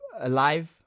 alive